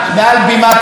תודה לך.